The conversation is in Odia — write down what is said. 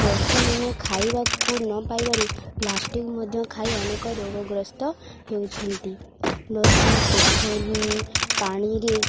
ପଶୁମାନେ ଖାଇବାକୁ ନ ପାଇବାରୁ ପ୍ଲାଷ୍ଟିକ୍ ମଧ୍ୟ ଖାଇ ଅନେକ ରୋଗଗ୍ରସ୍ତ ହେଉଛନ୍ତି ନଦୀ ପୋଖରୀ ପାଣିରେ